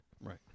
Right